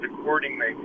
accordingly